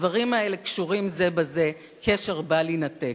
הדברים האלה קשורים זה בזה קשר בל יינתק.